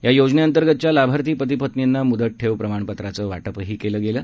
या योजनेअंतर्गतच्या लाभार्थी पती पत्नींना मुदत ठेव प्रमाणपत्रांचं वाटपही केलं गेलं